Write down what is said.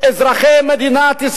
אז מה הבעיה?